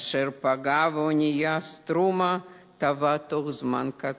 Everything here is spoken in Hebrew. אשר פגע, והאונייה "סטרומה" טבעה תוך זמן קצר.